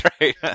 right